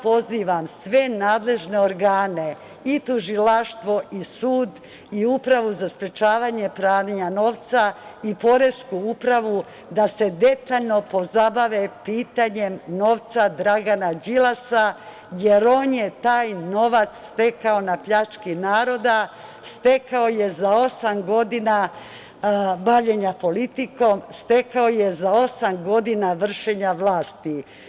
Pozivam sve nadležne organe i Tužilaštvo i sud i Upravu za sprečavanje pranja novca i Poresku upravu da se detaljno pozabave pitanjem novca Dragana Đilasa, jer on je taj novac stekao na pljački naroda, stekao je za osam godina bavljenja politikom, stekao je za osam godina vršenja vlasti.